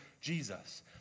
Jesus